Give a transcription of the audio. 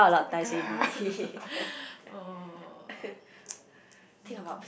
it's gonna grrr ugh [oh]-my-god